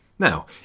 Now